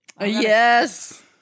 Yes